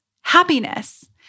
happiness